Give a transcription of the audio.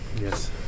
Yes